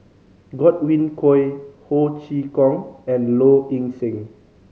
Godwin Koay Ho Chee Kong and Low Ing Sing